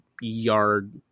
yard